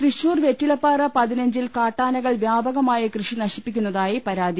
തൃശൂർ വെറ്റിലപ്പാറ പതിനഞ്ചിൽ കാട്ടാനകൾ വ്യാപ കമായി കൃഷി നശിപ്പിക്കുന്നതായി പരാതി